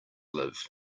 live